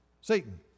Satan